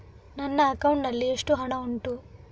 ನನ್ನ ಅಕೌಂಟ್ ನಲ್ಲಿ ಎಷ್ಟು ಹಣ ಉಂಟು?